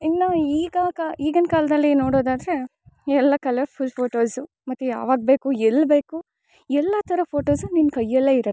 ಇನ್ನು ಈಗ ಕ ಈಗಿನ ಕಾಲದಲ್ಲಿ ನೋಡೋದಾದರೆ ಎಲ್ಲ ಕಲರ್ಫುಲ್ ಫೋಟೋಸು ಮತ್ತು ಯಾವಾಗ ಬೇಕು ಎಲ್ಲಿ ಬೇಕು ಎಲ್ಲ ಥರ ಫೋಟೋಸು ನಿಮ್ಮ ಕೈಯಲ್ಲೆ ಇರುತ್ತೆ